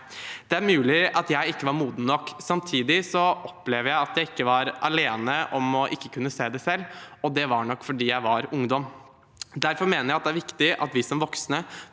Det er mulig at jeg ikke var moden nok. Samtidig opplever jeg at jeg ikke var alene om å ikke kunne se det selv, og det var nok fordi jeg var ungdom. Derfor mener jeg det er viktig at vi som voksne